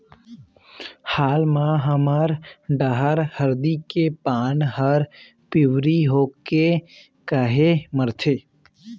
हाल मा हमर डहर हरदी के पान हर पिवरी होके काहे मरथे?